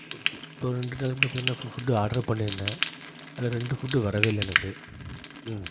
இப்போ இப்போ ரெண்டு நாளைக்கு முன்னாடி பின்னே ஃபு ஃபுட்டு ஆர்ட்ரு பண்ணியிருந்தேன் அதில் ரெண்டு ஃபுட்டு வரவே இல்லை எனக்கு ம்